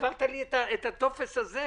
העברת את הטופס הזה,